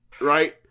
right